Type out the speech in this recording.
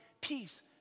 peace